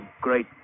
great